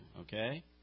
Okay